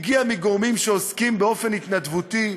היא הגיעה מגורמים שעוסקים באופן התנדבותי.